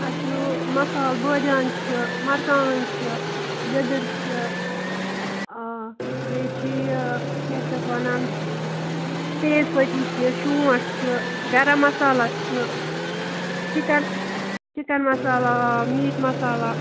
اَسہِ چھُ مصالہٕ بٲدیان چھُ مَرژوانٛگن چھِ لیٚدر چھِ بیٚیہِ چھِ یہِ کیٛاہ چھِ اَتھ ونان تیز پتی چھ شونٹھ چھُ گرم مصالہ چھُ چکن چکن مصالہ آ میٖٹ مصالہ